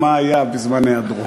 ברגע ששר נוכח, זה בסדר.